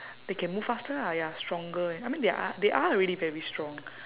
they can move faster ah ya stronger I mean they are they are already very strong